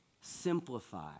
Simplify